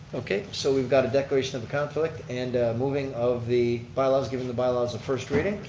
okay so we've got a declaration of a conflict. and moving of the bylaws, giving the bylaws a first reading.